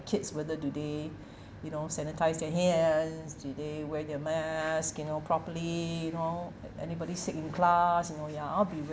kids whether do they you know sanitised their hands do they wear their masks you know properly you know anybody sick in class you know ya I'll be